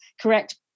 correct